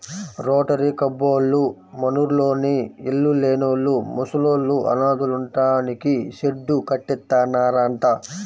rotary కబ్బోళ్ళు మనూర్లోని ఇళ్ళు లేనోళ్ళు, ముసలోళ్ళు, అనాథలుంటానికి షెడ్డు కట్టిత్తన్నారంట